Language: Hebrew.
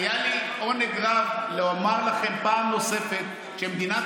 היה לי עונג רב לומר לכם פעם נוספת שמדינת